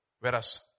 whereas